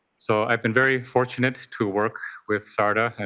so i have been very fortunate to work with sardaa, and